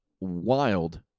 wild